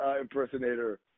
impersonator